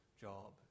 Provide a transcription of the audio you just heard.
job